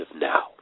now